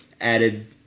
added